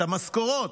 את המשכורות,